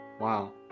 wow